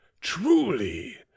truly